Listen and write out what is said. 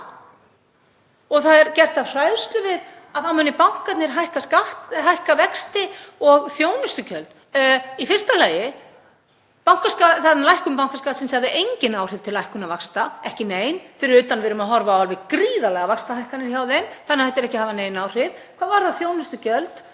Og það er gert af hræðslu við að annars muni bankarnir hækka vexti og þjónustugjöld. Í fyrsta lagi hafði lækkun bankaskattsins engin áhrif til lækkunar vaxta, ekki nein, fyrir utan að við erum að horfa á alveg gríðarlegar vaxtahækkanir hjá þeim þannig að þetta hefur engin áhrif. Hvað varðar þjónustugjöld